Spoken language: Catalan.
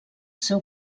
seu